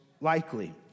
likely